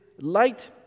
light